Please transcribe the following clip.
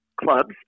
clubs